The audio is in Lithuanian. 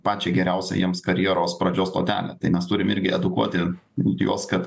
pačią geriausią jiems karjeros pradžios stotelę tai mes turim irgi edukuoti juos kad